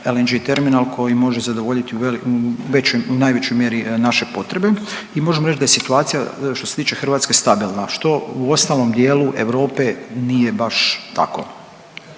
LNG terminal koji može zadovoljiti u najvećoj mjeri naše potrebe i možemo reći da je situacija što se tiče Hrvatske stabilna što u ostalom dijelu Europe nije baš tako.